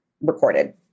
recorded